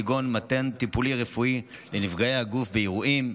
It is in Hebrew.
כגון מתן טיפול רפואי לנפגעי הגוף באירועים,